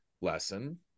lesson